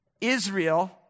Israel